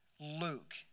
Luke